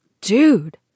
dude